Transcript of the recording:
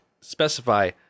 specify